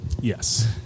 Yes